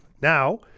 Now